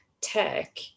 tech